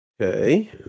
Okay